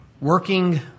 Working